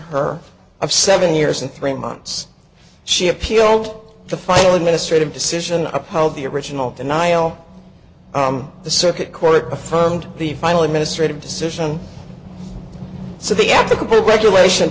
of seven years and three months she appealed the final administrative decision uphold the original denial the circuit court affirmed the final administrative decision so the applicable regulation